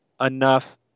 enough